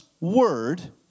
word